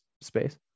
space